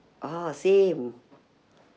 orh same